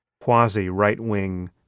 quasi-right-wing